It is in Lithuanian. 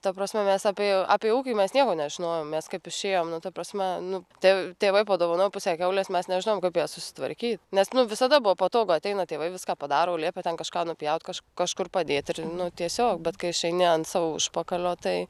ta prasme mes apie apie ūkį mes nieko nežinojom mes kaip išėjom nu ta prasme nu tai tėvai padovanojo pusę kiaulės mes nežinojom kaip ją susitvarkyt nes nu visada buvo patogu ateina tėvai viską padaro liepia ten kažką nupjauti kažką kažkur padėt ir nu tiesiog bet kai išeini ant savo užpakalio tai